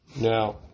Now